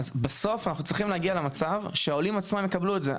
בסוף אנחנו צריכים להגיע למצב שהעולים עצמם יקבלו את זה,